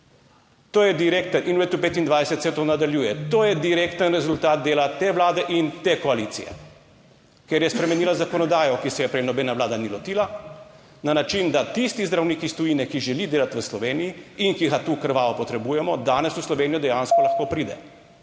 To je direkten, in v letu 2025 se to nadaljuje, to je direkten rezultat dela te Vlade in te koalicije, ker je spremenila zakonodajo, ki se je prej nobena Vlada ni lotila na način, da tisti zdravnik iz tujine, ki želi delati v Sloveniji in ki ga tu krvavo potrebujemo, danes v Slovenijo dejansko lahko pride.